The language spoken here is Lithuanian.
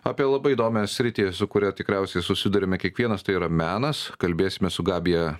apie labai įdomią sritį su kuria tikriausiai susiduriame kiekvienas tai yra menas kalbėsimės su gabija